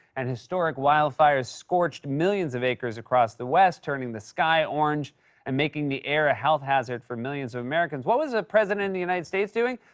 and historic wildfires scorched millions of acres across the west, turning the sky orange and making the air a health hazard for millions of americans, what was the president of the united states doing?